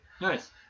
Nice